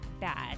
bad